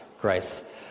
Grace